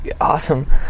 awesome